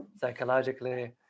psychologically